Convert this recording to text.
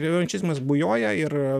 revanšizmas bujoja ir